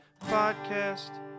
Podcast